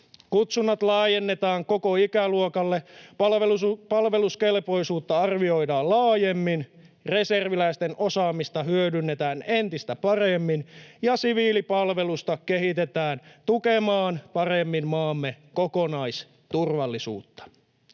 Kutsunnat laajennetaan koko ikäluokalle, palveluskelpoisuutta arvioidaan laajemmin, reserviläisten osaamista hyödynnetään entistä paremmin ja siviilipalvelusta kehitetään tukemaan paremmin maamme kokonaisturvallisuutta.